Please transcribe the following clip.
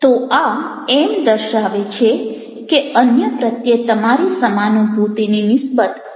તો આ એમ દર્શાવે છે કે અન્ય પ્રત્યે તમારી સમાનુભૂતિની નિસ્બત ખૂબ જ નિમ્ન છે